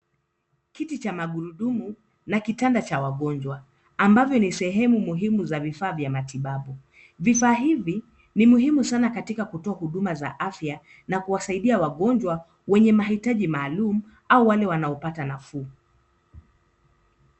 Kiti cha magurudumu na kitanda cha wagonjwa, ambavyo ni sehemu muhimu za vifaa vya matibabu. Vifaa hivi ni muhimu sana katika kutoa huduma za afya, na kuwasaidia wagonjwa wenye mahitaji maalum, au wale wanaopata nafuu.